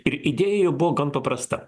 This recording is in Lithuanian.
ir idėja buvo gan paprasta